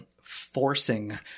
forcing